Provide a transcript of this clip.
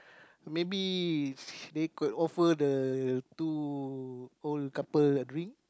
maybe they could offer the two old couple a drink